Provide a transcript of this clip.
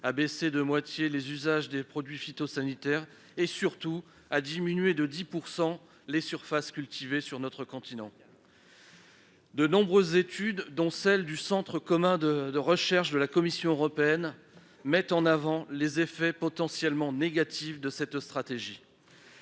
à réduire de moitié les usages des produits phytosanitaires et, surtout, à diminuer de 10 % les surfaces cultivées sur notre continent. De nombreuses études, dont celle du Centre commun de recherche de la Commission européenne, mettent en avant les effets potentiellement négatifs de cette stratégie.